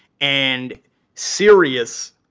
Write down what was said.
and serious